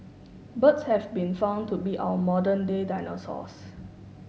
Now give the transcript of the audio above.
birds have been found to be our modern day dinosaurs